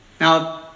Now